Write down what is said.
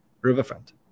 riverfront